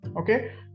okay